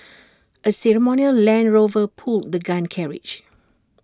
A ceremonial land Rover pulled the gun carriage